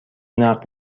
نقد